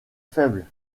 faible